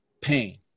pain